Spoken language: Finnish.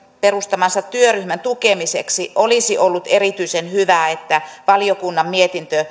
perustamansa työryhmän tukemiseksi olisi ollut erityisen hyvä että valiokunnan mietintö